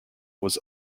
was